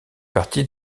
partie